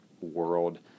world